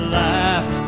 laugh